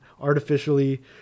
artificially